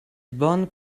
bon